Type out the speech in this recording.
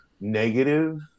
negative